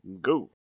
go